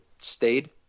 stayed